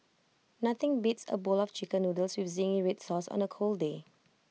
nothing beats A bowl of Chicken Noodles with Zingy Red Sauce on A cold day